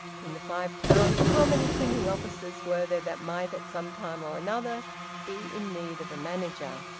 in the five towns how many printing offices were there that might at some time or another be in need of a manager?